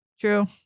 True